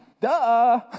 Duh